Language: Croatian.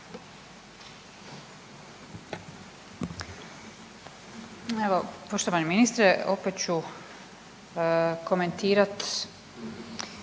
Evo poštovani ministre, opet ću komentirati